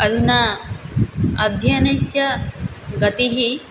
अधुना अध्ययनस्य गतिः